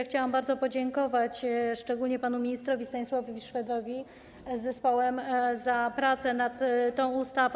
Chciałam bardzo podziękować, szczególnie panu ministrowi Stanisławowi Szwedowi i zespołowi, za pracę nad tą ustawą.